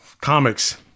Comics